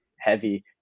heavy